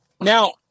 Now